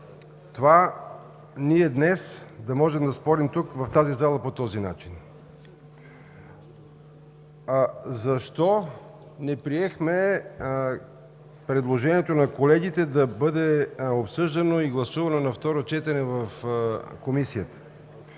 това ние днес да можем да спорим тук в тази зала по този начин. Защо не приехме предложението на колегите да бъде обсъждано и гласувано на второ четене в Комисията?